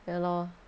ya lor